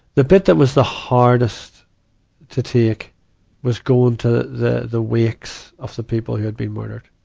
the bit that was the hardest to take was going to the, the wakes of the people who had been murdered.